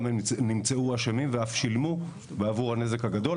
נמצאו אשמים ואף שילמו בעבור הנזק הגדול.